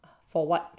for what